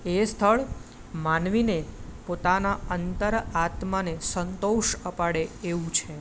એ સ્થળ માનવીને પોતાના અંતર આત્માને સંતોષ અપાવે એવું છે